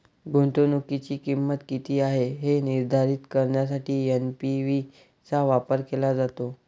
गुंतवणुकीची किंमत किती आहे हे निर्धारित करण्यासाठी एन.पी.वी चा वापर केला जातो